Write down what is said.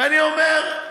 ואני אומר: